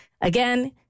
Again